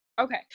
okay